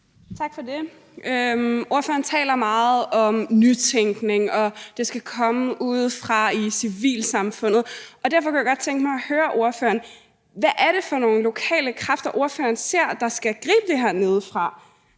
Tak for det. Ordføreren taler meget om nytænkning, og at det skal komme ude fra civilsamfundet. Derfor kunne jeg godt tænke mig at høre ordføreren: Hvad er det for nogle lokale kræfter ordføreren ser skal gribe det her nedefra?